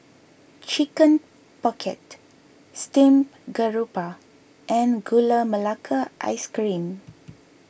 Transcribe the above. Chicken Pocket Steamed Garoupa and Gula Melaka Ice Cream